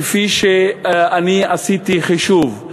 כפי שאני עשיתי חישוב,